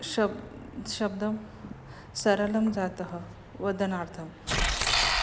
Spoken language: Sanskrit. शब् शब्दः सरलः जातः वदनार्थम्